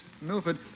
Milford